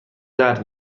درد